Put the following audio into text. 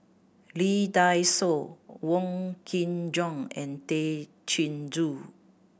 Lee Dai Soh Wong Kin Jong and Tay Chin Joo